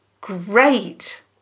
Great